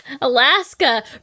Alaska